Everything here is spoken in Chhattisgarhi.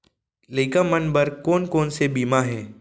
लइका मन बर कोन कोन से बीमा हे?